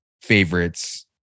favorites